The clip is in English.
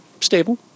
stable